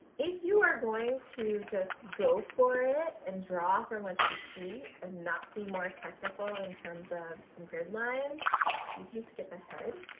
if you are going to just go for it and draw from what you see and not be more technical in terms of some grid lines you can skip ahead.